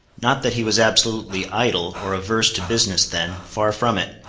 not that he was absolutely idle, or averse to business then far from it.